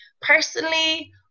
personally